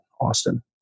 Austin